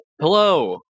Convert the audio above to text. Hello